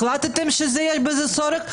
החלטתם שיש בזה צורך?